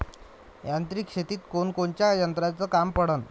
यांत्रिक शेतीत कोनकोनच्या यंत्राचं काम पडन?